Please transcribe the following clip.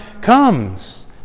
comes